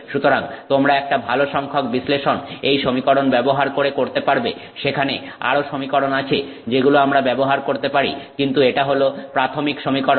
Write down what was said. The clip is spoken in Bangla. সুতরাং তোমরা একটা ভালো সংখ্যক বিশ্লেষণ এই সমীকরণ ব্যবহার করে করতে পারবে সেখানে আরো সমীকরণ আছে যেগুলো আমরা ব্যবহার করতে পারি কিন্তু এটা হল প্রাথমিক সমীকরণ